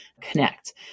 connect